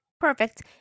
perfect